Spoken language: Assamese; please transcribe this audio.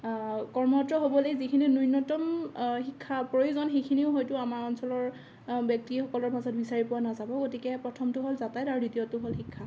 কৰ্মৰত হ'বলৈ যিখিনি নুন্যতম শিক্ষাৰ প্ৰয়োজন সেইখিনিও হয়তো আমাৰ অঞ্চলৰ ব্যক্তিসকলৰ মাজত বিচাৰি পোৱা নাযাব গতিকে প্ৰথমটো হ'ল যাতায়ত আৰু দ্বিতীয়টো হ'ল শিক্ষা